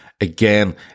Again